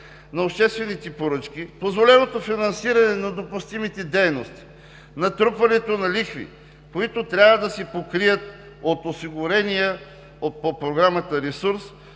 на обществените поръчки позволеното финансиране на допустимите дейности, натрупването на лихви, които трябва да се покрият от осигурения по Програмата ресурс,